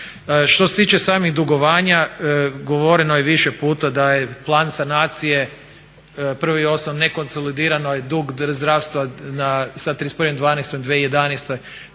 Što se tiče samih dugovanja govoreno je više puta da je plan sanacije prvi i osnovno nekonsolidiran je dug zdravstva sa 31.12.2011.